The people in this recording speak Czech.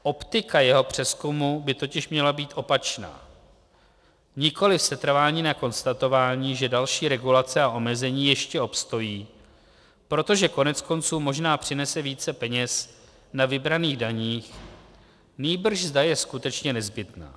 Optika jeho přezkumu by totiž měla být opačná: nikoli setrvání na konstatování, že další regulace a omezení ještě obstojí, protože koneckonců možná přinese více peněz na vybraných daních, nýbrž zda je skutečně nezbytná.